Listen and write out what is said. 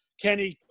Kenny